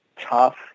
tough